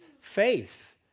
faith